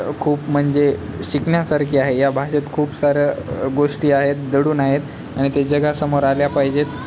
खूप म्हणजे शिकण्यासारखी आहे या भाषेत खूप सारं गोष्टी आहेत दडून आहेत आणि ते जगासमोर आल्या पाहिजेत